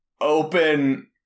open